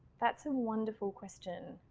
that's a wonderful question.